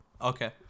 Okay